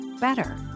better